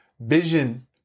vision